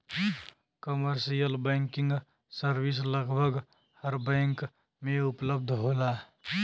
commercial banking service लगभग हर bank में उपलब्ध होला